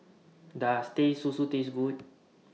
Does Teh Susu Taste Good